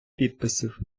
підписів